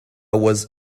was